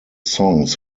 songs